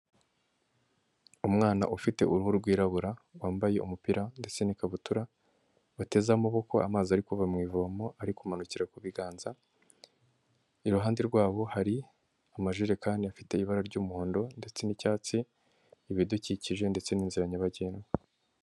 Umwana ufite uruhu rwirabura wambaye umupira ndetse n'ikabutura bateze amaboko amazi ariva mu ivomo ari kumanukira ku biganza, iruhande rwabo hari amajerekani afite ibara ry'umuhondo ndetse n'icyatsi, ibidukikije ndetse n'inzira nyabagendwa.